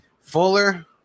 Fuller